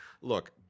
Look